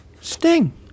Sting